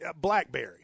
BlackBerry